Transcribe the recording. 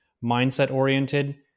mindset-oriented